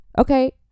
okay